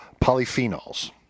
polyphenols